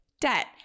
debt